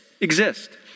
exist